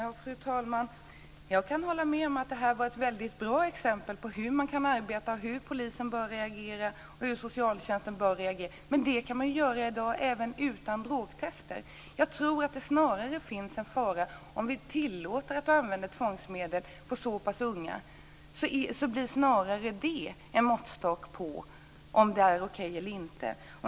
Fru talman! Jag kan hålla med om att det här var ett väldigt bra exempel på hur man kan arbeta och hur polisen och socialtjänsten bör reagera. Men det kan man ju göra i dag även utan drogtest. Jag tror att om vi tillåter tvångsmedel på så pass unga människor blir det snarare en måttstock på om det är okej eller inte.